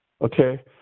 Okay